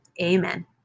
amen